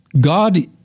God